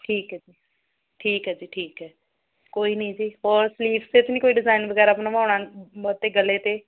ਠੀਕ ਹੈ ਜੀ ਠੀਕ ਹੈ ਜੀ ਠੀਕ ਹੈ ਕੋਈ ਨਾ ਜੀ ਹੋਰ ਤੇ ਤਾਂ ਨਹੀਂ ਕੋਈ ਡਿਜ਼ਾਈਨ ਵਗੈਰਾ ਬਣਵਾਉਣਾ ਮੋਟੇ ਗਲੇ 'ਤੇ